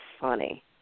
funny